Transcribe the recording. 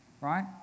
right